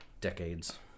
decades